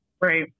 right